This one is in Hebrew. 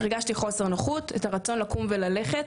הרגשתי חוסר נוחות, את הרצון לקום וללכת.